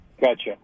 Gotcha